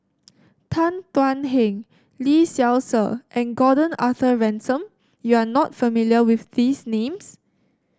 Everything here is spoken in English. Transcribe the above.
Tan Thuan Heng Lee Seow Ser and Gordon Arthur Ransome You are not familiar with these names